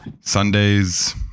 Sundays